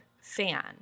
fan